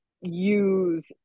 use